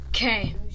Okay